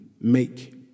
make